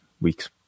weeks